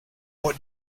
what